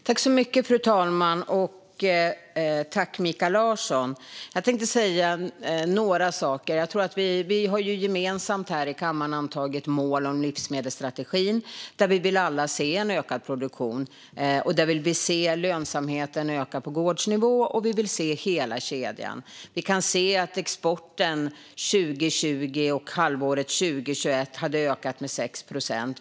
Fru talman! Jag tänker säga några saker. Vi har gemensamt här i kammaren antagit mål när det gäller livsmedelsstrategin. Vi vill alla se en ökad produktion. Vi vill se lönsamheten öka på gårdsnivå. Och vi vill se hela kedjan. Vi kan se att exporten under 2020 och under ett halvår 2021 hade ökat med 6 procent.